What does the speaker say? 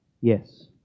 Yes